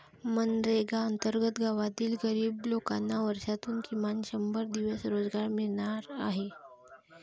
मनरेगा अंतर्गत गावातील गरीब लोकांना वर्षातून किमान शंभर दिवस रोजगार मिळणार आहे